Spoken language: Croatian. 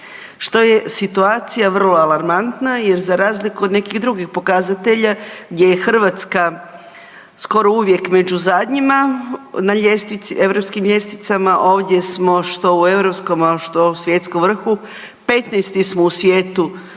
Što je situacija vrlo alarmantna jer za razliku od nekih drugih pokazatelja gdje je Hrvatska skoro uvijek među zadnjima na ljestvici, europskim ljestvicama, ovdje smo što u europskom a što u svjetskom vrhu, 15. smo u svijetu